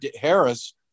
Harris